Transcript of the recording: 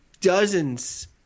dozens